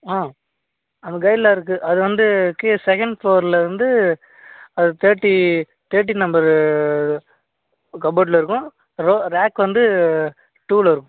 ஆ அது கைட்டில் இருக்கு அது வந்து கீழே செகண்ட் ஃப்ளோரில் வந்து அது தேர்ட்டி தேர்ட்டி நம்பரு கபோர்ட்டில் இருக்கும் ரோ ராக் வந்து டூவில இருக்கும்